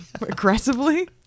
Aggressively